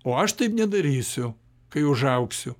o aš taip nedarysiu kai užaugsiu